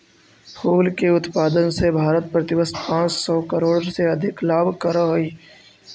फूल के उत्पादन से भारत प्रतिवर्ष पाँच सौ करोड़ से अधिक लाभ करअ हई